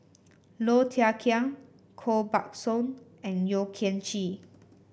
Low Thia Khiang Koh Buck Song and Yeo Kian Chye